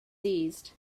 seized